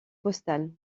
postal